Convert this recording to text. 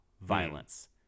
violence